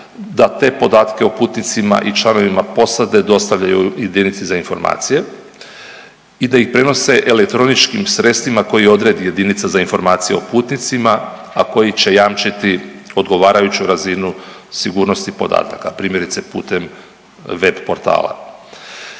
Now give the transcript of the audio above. da te podatke o putnicima i članovima posade dostavljaju jedinici za informacije i da ih prenose elektroničkim sredstvima koji odredi jedinica za informacije o putnicima, a koji će jamčiti odgovarajuću razinu sigurnosti podataka. Primjerice pute web portala.